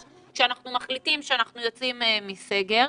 כשאנחנו מחליטים שאנחנו יוצאים מסגר.